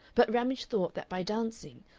but ramage thought that by dancing,